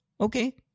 okay